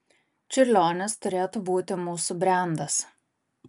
čiurlionis turėtų būti mūsų brendas